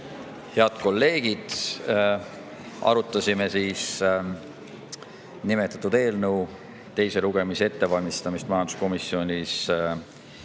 Head kolleegid! Arutasime nimetatud eelnõu teise lugemise ettevalmistamist majanduskomisjonis